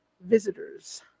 visitors